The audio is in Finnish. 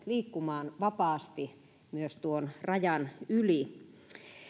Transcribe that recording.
liikkumaan vapaasti myös tuon rajan yli